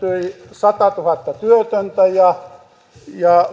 satatuhatta työtöntä ja ja